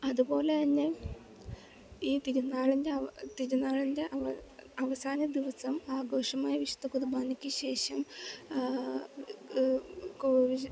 അതുപോലെ തന്നെ ഈ തിരുനാളിൻ്റെ അവസാനം തിരുനാളിൻ്റെ അവസാന ദിവസം ആഘോഷമായി വിശുദ്ധ കുർബാനയ്ക്കു ശേഷം കൊയി